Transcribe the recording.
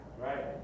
Right